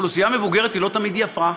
אוכלוסייה מבוגרת היא לא תמיד יפה.